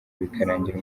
bikarangira